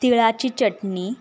तिळाची चटणी